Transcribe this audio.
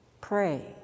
pray